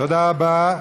תודה רבה.